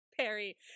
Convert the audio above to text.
Perry